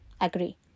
Agree